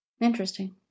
Interesting